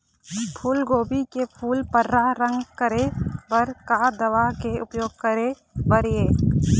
फूलगोभी के फूल पर्रा रंग करे बर का दवा के उपयोग करे बर ये?